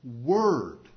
word